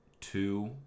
two